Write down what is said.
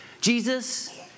Jesus